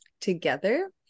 together